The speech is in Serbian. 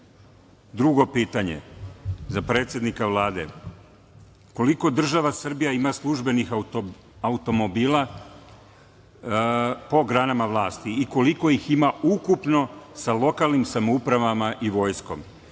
njih? Drugo pitanje za predsednika Vlade – koliko država Srbija ima službenih automobila po granama vlasti i koliko ih ima ukupno sa lokalnim samoupravama i vojskom?